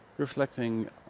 Reflecting